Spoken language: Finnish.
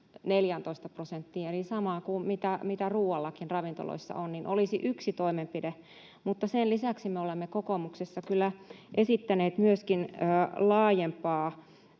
14 prosenttiin eli samaan kuin mitä ruuallakin ravintoloissa on, olisi yksi toimenpide. Sen lisäksi me olemme kokoomuksessa kyllä esittäneet myöskin